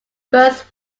first